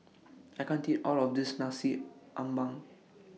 I can't eat All of This Nasi Ambeng